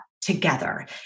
Together